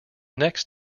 next